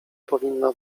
powinna